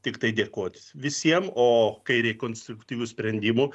tiktai dėkot visiem o kai reik konstruktyvių sprendimų